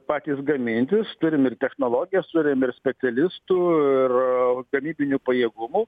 patys gamintis turim ir technologijos turim ir specialistų ir gamybinių pajėgumų